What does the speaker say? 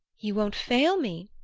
you won't fail me?